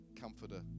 comforter